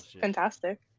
Fantastic